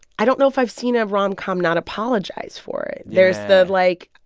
i don't know if i've seen a rom-com not apologize for it. there's the like,